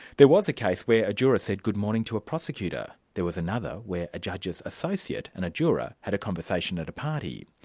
there was a case where a juror said good morning to a prosecutor. there was another, where a judge's associate and a juror had a conversation at a party.